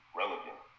relevant